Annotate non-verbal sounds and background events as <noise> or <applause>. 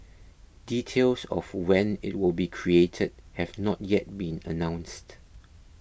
details of when it will be created have not yet been announced <noise>